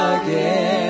again